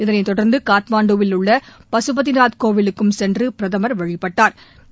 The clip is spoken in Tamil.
இதனைத் தொடர்ந்து காட்மண்டுவில் உள்ள பசுபதிநாத் கோவிலுக்கும் சென்று பிரதம் வழிபட்டாா்